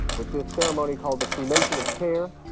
with this ceremony called the cremation of care.